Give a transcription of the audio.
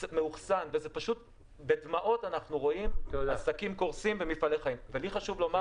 אנחנו רואים עסקים ומפעלי חיים קורסים,